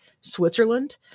Switzerland